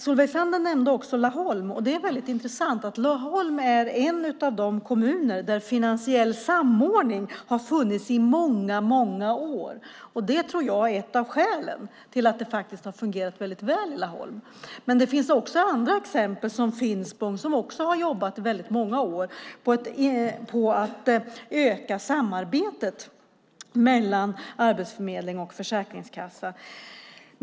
Solveig Zander nämnde Laholm, och Laholm är en av de kommuner där finansiell samordning har funnits i många år. Det tror jag är ett av skälen till att det har fungerat väldigt väl i Laholm. Men det finns andra exempel, som Finspång som också har jobbat i många år på att öka samarbetet mellan Arbetsförmedlingen och Försäkringskassan.